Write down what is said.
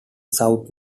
south